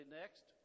next